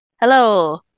Hello